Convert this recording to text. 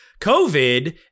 COVID